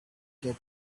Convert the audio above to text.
get